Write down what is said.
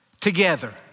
together